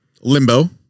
Limbo